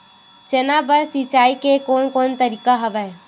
चना बर सिंचाई के कोन कोन तरीका हवय?